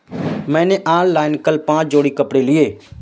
मैंने ऑनलाइन कल पांच जोड़ी कपड़े लिए